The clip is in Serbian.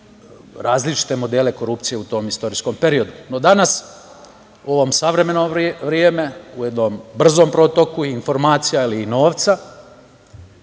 različite modele korupcije u tom istorijskom periodu.No, danas u ovom savremeno vreme, u jednom brzom protoku informacija ili novca,